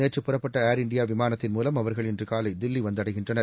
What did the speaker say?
நேற்று புறப்பட்ட Air India விமானத்தின் மூலம் அவர்கள் இன்று காலை தில்லி வந்தடைகின்றனர்